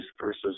versus